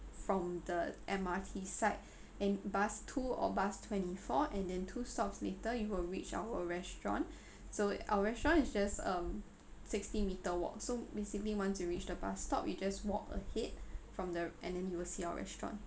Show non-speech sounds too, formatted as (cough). from the M_R_T side (breath) and bus two or bus twenty four and then two stops later you will reach our restaurant (breath) so our restaurant is just um sixty metre walk so basically once you reach the bus stop you just walk ahead from the and then you will see our restaurant